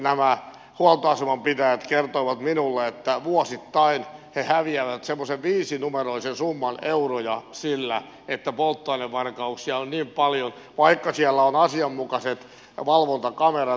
nämä huoltoaseman pitäjät kertoivat minulle että vuosittain he häviävät semmoisen viisinumeroisen summan euroja sillä että polttoainevarkauksia on niin paljon vaikka siellä on asianmukaiset valvontakamerat